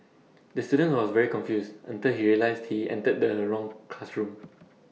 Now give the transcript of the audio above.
the student was very confused until he realised he entered the wrong classroom